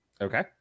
Okay